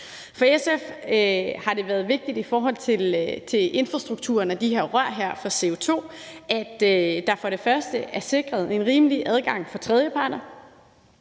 For SF har det været vigtigt i forhold til infrastrukturen af de her rør for CO2, at der for det første er sikret en rimelig adgang for tredjeparter,